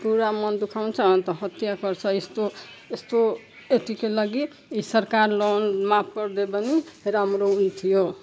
पुरा मन दुखाउँछ अन्त हत्या गर्छ यस्तो यस्तो अथी का लागि सरकार लोन माफ गरिदियो भने राम्रो हुन्थ्यो